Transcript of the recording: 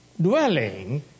dwelling